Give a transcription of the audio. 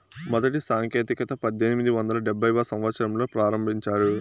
మొదటి సాంకేతికత పద్దెనిమిది వందల డెబ్భైవ సంవచ్చరంలో ప్రారంభించారు